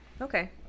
Okay